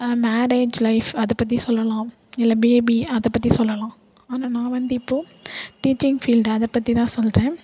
marriage life அதை பற்றி சொல்லலாம் இல்லை பேபி அதை பற்றி சொல்லலாம் ஆனால் நான் வந்து இப்போது டீச்சிங் ஃபீல்டு அதை பற்றிதான் சொல்றேன்